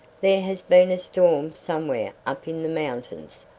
there has been a storm somewhere up in the mountains,